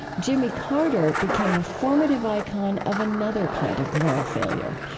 jimmy carter became a formative icon of another kind of moral failure.